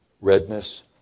redness